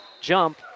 jump